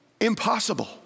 impossible